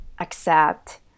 accept